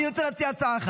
אני רוצה להציע הצעה אחת,